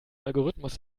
algorithmus